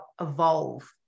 evolve